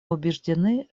убеждены